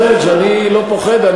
חבר הכנסת פריג', אני לא פוחד.